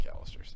McAllister's